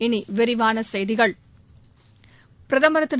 இனி விரிவான செய்திகள் பிரதுர் திரு